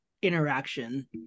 Interaction